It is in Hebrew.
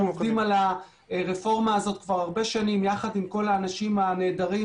על הרפורמה הזאת כבר הרבה שנים יחד עם כל האנשים הנהדרים